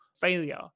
failure